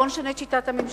בוא נשנה את שיטת הממשל.